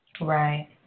Right